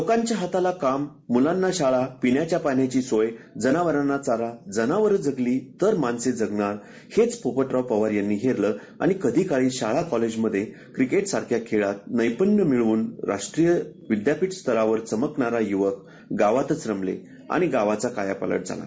लोकांच्या हाताला काम मुलांना शाळा पिण्याच्या पाण्याची सोय जनावरांना चारा जनावर जगली तरच माणसे जगणार हेच पोपट पवार यांनी हेरलं आणि कधी काळी शाळाकॉलेज मध्ये क्रिकेट सारख्या खेळत नैपृण्य मिळवून राष्ट्रीयविद्यापीठ स्तरावर चमकणारा युवक गावातच रमला आणि गावाचा कायापालट झाला